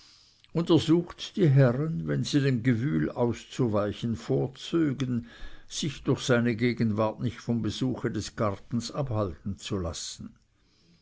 und ersucht die herren wenn sie dem gewühl auszuweichen vorzögen sich durch seine gegenwart nicht vom besuche des gartens abhalten zu lassen